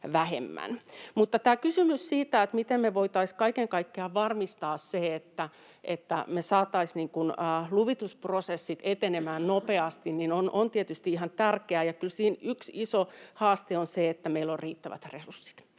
Tämä kysymys siitä, miten me voitaisiin kaiken kaikkiaan varmistaa, että me saataisiin luvitusprosessit etenemään nopeasti, on tietysti ihan tärkeä, ja kyllä siinä yksi iso haaste on se, että meillä on riittävät resurssit